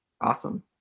Awesome